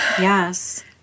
Yes